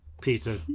Peter